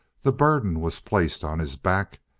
the burden was placed on his back,